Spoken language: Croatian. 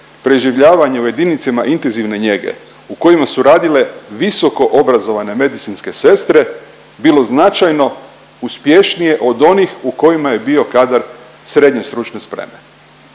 preživljavanje u jedinicama intenzivne njege u kojima su radile visokoobrazovane medicinske sestre bilo značajno uspješnije od onih u kojima je bio kadar SSS. I bez